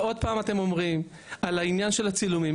ועוד פעם אתם אומרים על העניין של הצילומים.